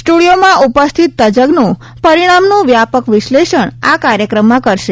સ્ટુડિયોમાં ઉપસ્થિત તજજો પરિણામનું વ્યાપક વિશ્લેષણ આ કાર્યક્રમમાં કરશે